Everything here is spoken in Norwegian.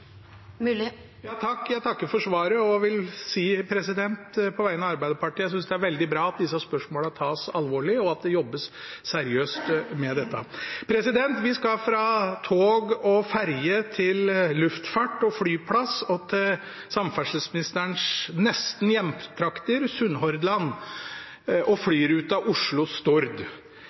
Jeg takker for svaret og vil på vegne av Arbeiderpartiet si at jeg synes det er veldig bra at disse spørsmålene tas alvorlig, og at det jobbes seriøst med dette. Vi skal fra tog og ferje til luftfart og flyplass og til samferdselsministerens hjemtrakter: Sunnhordland og